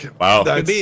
wow